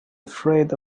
afraid